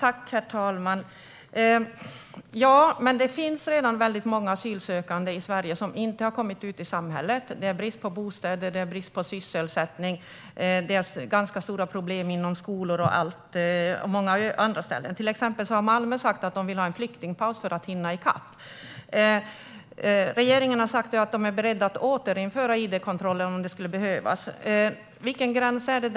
Herr talman! Det finns redan många asylsökande i Sverige som inte har kommit ut i samhället. Det är brist på bostäder och sysselsättning, och det är ganska stora problem på skolor och många andra ställen. Till exempel har Malmö sagt att man vill ha en flyktingpaus för att hinna i kapp. Regeringen har sagt att man är beredd att återinföra id-kontrollerna om det skulle behövas. Var går gränsen?